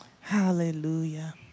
Hallelujah